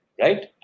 Right